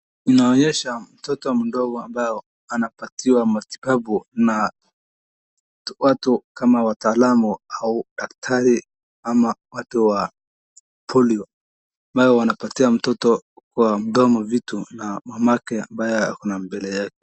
Inaonyesha mtoto mdogo ambaye anapatiwa matibabu na watu kama wataalamu au daktari ama watu wa polio ambayo wanaoatia mtoto kwa mdomo vitu na mamake ambaye ako mbele yake.